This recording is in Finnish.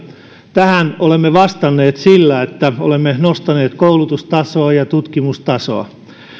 tähän olemme vastanneet sillä että olemme nostaneet koulutustasoa ja tutkimustasoa